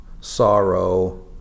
sorrow